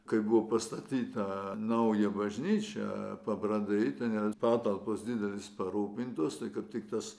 kai buvo pastatyta nauja bažnyčia pabradėj ten yra patalpos didelės parūpintos tai kaip tik tas